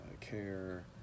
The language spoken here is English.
care